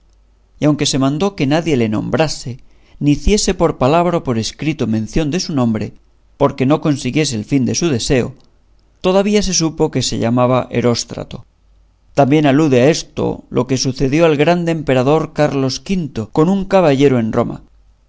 y aunque se mandó que nadie le nombrase ni hiciese por palabra o por escrito mención de su nombre porque no consiguiese el fin de su deseo todavía se supo que se llamaba eróstrato también alude a esto lo que sucedió al grande emperador carlo quinto con un caballero en roma